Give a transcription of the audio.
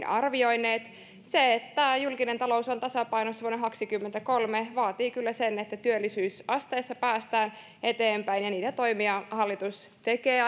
arvioineet se että julkinen talous on tasapainossa vuonna kaksikymmentäkolme vaatii kyllä sen että työllisyysasteessa päästään eteenpäin ja niitä toimia hallitus tekee